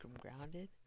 grounded